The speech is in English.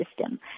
system